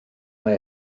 mae